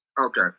Okay